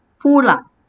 full ah